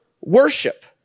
worship